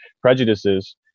prejudices